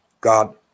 God